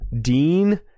Dean